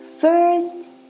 First